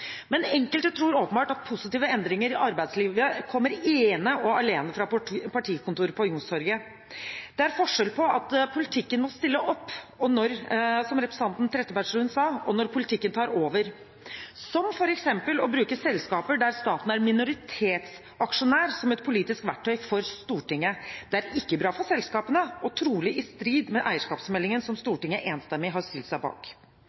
Men enkelte tror åpenbart at positive endringer i arbeidslivet kommer ene og alene fra partikontoret på Youngstorget. Det er forskjell på at «politikken må stille opp» – som representanten Trettebergstuen sa – og at politikken tar over, som f.eks. ved å bruke selskaper der staten er minoritetsaksjonær, som et politisk verktøy for Stortinget. Det er ikke bra for selskapene og trolig i strid med eierskapsmeldingen som Stortinget enstemmig har stilt seg bak.